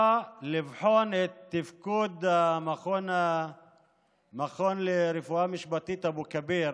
לבדוק את תפקוד המכון לרפואה משפטית אבו כביר